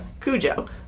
Cujo